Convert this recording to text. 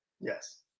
Yes